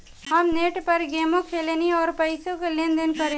हम नेट पर गेमो खेलेनी आ पइसो के लेन देन करेनी